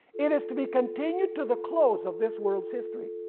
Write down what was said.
it is to be continued to the close of this world's history.